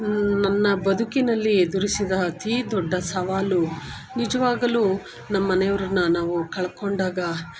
ನನ್ನ ಬದುಕಿನಲ್ಲಿ ಎದುರಿಸಿದ ಅತೀ ದೊಡ್ಡ ಸವಾಲು ನಿಜವಾಗಲೂ ನಮ್ಮನೆಯವರನ್ನ ನಾವು ಕಳ್ಕೊಂಡಾಗ